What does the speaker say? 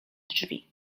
drzwi